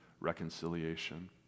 reconciliation